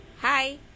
Hi